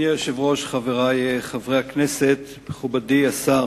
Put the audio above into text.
אדוני היושב-ראש, חברי חברי הכנסת, מכובדי השר,